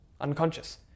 unconscious